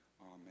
amen